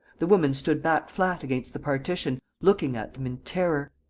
the woman stood back flat against the partition, looking at them in terror.